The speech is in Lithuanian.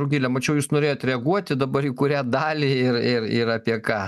rugile mačiau jūs norėjot reaguoti dabar į kurią dalį ir ir ir apie ką